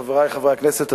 חברי חברי הכנסת,